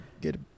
get